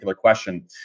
question